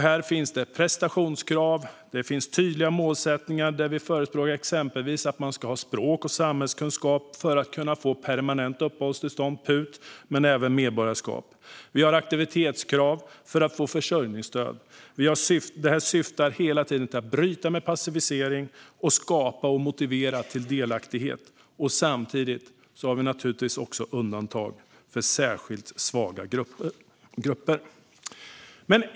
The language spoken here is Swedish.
Här finns prestationskrav och tydliga målsättningar där vi exempelvis föreslår att man ska ha språk och samhällskunskap för att kunna få permanent uppehållstillstånd, PUT, och medborgarskap. Vi har aktivitetskrav för att få försörjningsstöd. Detta syftar hela tiden till att bryta med passivisering och skapa och motivera till delaktighet. Samtidigt har vi naturligtvis också undantag för särskilt svaga grupper.